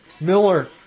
Miller